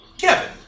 Kevin